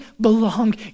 belong